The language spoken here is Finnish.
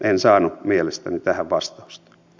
en saanut mielestäni tähän vastausta